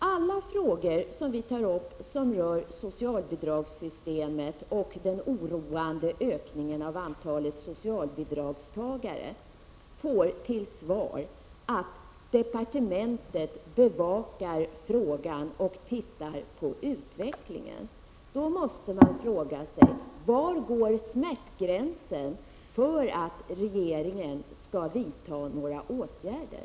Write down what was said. Alla frågor som vi tar upp som rör socialbidragssystemet och den oroande ökningen av antalet socialbidragstagare får till svar att departementet bevakar frågan och tittar på utvecklingen. Man måste då fråga sig var smärtgränsen går för att regeringen skall vidta några åtgärder.